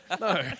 No